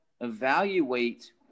evaluate